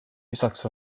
lisaks